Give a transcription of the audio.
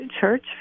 church